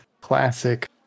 classic